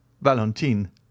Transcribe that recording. valentine